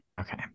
Okay